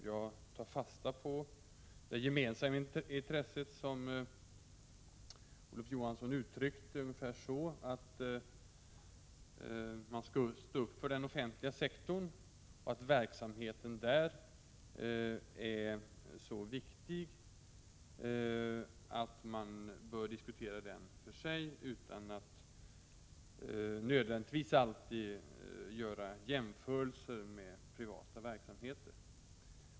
Jag tar fasta på det gemensamma intresse som Olof Johansson uttryckte ungefär så, att man skulle stå upp för den offentliga sektorn och att verksamheten där är så viktig att man bör diskutera den för sig, utan att nödvändigtvis alltid göra jämförelser med privata verksamheter.